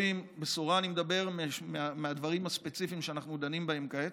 בבשורה אני מדבר על הדברים הספציפיים שאנחנו דנים בהם כעת.